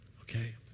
Okay